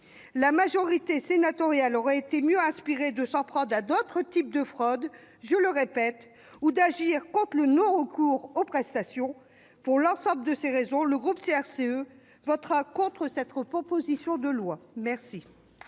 La majorité sénatoriale aurait été mieux inspirée de s'en prendre à d'autres types de fraudes, je le répète, ou d'agir contre le non-recours aux prestations. Pour l'ensemble de ces raisons, le groupe CRCE votera contre cette proposition de loi. La